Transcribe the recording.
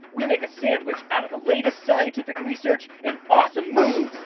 we make a sandwich out of the latest scientific research and awesome moves.